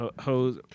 Hose